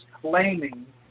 claiming